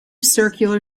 circular